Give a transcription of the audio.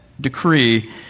decree